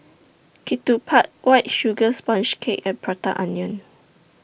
Ketupat White Sugar Sponge Cake and Prata Onion